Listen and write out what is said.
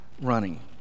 running